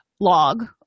log